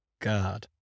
God